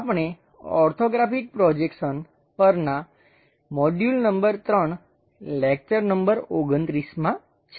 આપણે orthographic projections પરનાં module number 3 lecture number 29માં છીએ